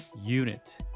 unit